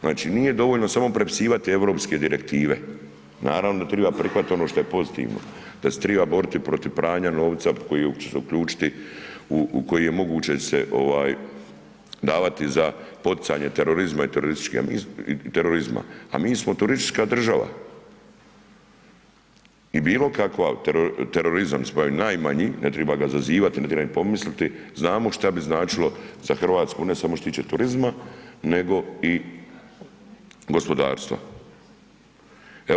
Znači, nije dovoljno samo prepisivati europske direktive, naravno da triba prihvatiti ono što je pozitivno, da se triba boriti protiv pranja novca koji će se uključiti, u koji je moguće se ovaj davati za poticanje terorizma i teroristički, a mi terorizma, a mi smo turistička država i bilo kakav terorizam pa i najmanji, ne treba ga zazivati, ne treba ni pomisliti znamo šta bi značilo za Hrvatsku ne samo što se tiče turizma nego i gospodarstva.